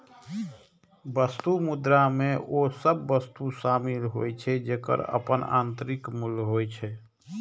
वस्तु मुद्रा मे ओ सभ वस्तु शामिल होइ छै, जेकर अपन आंतरिक मूल्य होइ छै